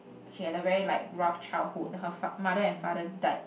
she had a very like rough childhood her fa~ mother and father died